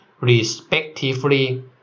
respectively